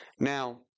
Now